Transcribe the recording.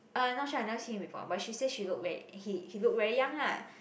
uh I not sure I never seen him before but she say she look very he he look very young lah